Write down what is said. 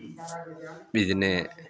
बिदिनो